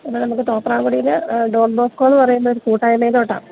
അപ്പോള് നമുക്ക് തോപ്രാങ്കുടിയില് ഡോൺ ബോസ്കോ എന്നു പറയുന്ന ഒരു കൂട്ടായ്മയിലോട്ടാണ്